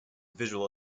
visual